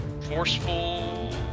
Forceful